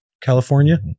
California